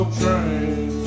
train